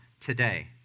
today